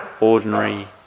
ordinary